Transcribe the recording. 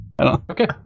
okay